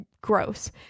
gross